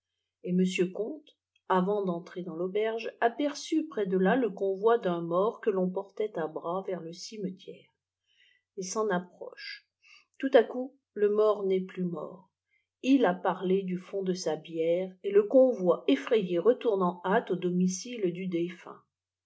et m comte avant d'entrer dans l'auberge aperçut près de là le convoi d'un mort que l'on portait à bras vers le cimetière il s'en approche tout à coup le mort n'est plus mort il a parlé d fond de sa bière et le convoi effrayé retourne en hâte au domicile dw défunt